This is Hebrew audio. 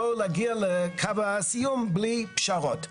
לא להגיע לקו הסיום בלי פשרות.